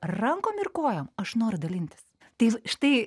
rankom ir kojom aš noriu dalintis tai štai